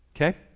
Okay